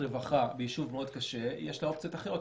רווחה ביישוב מאוד קשה יש לה אופציות אחרות,